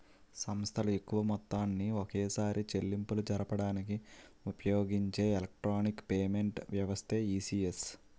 సంస్థలు ఎక్కువ మొత్తాన్ని ఒకేసారి చెల్లింపులు జరపడానికి ఉపయోగించే ఎలక్ట్రానిక్ పేమెంట్ వ్యవస్థే ఈ.సి.ఎస్